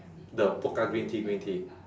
the pokka green tea green tea